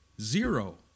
Zero